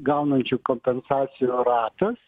gaunančių kompensacijų ratas